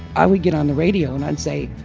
i would get on the radio and i'd say,